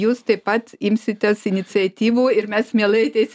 jūs taip pat imsitės iniciatyvų ir mes mielai ateis